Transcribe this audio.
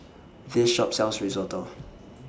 This Shop sells Risotto